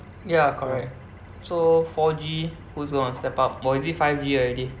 ya correct so four G who's going to step up or is it five G already